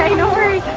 no worries